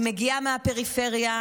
אני מגיעה מהפריפריה,